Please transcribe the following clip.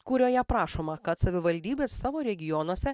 kurioje prašoma kad savivaldybės savo regionuose